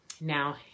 Now